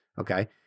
Okay